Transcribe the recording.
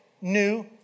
new